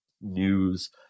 news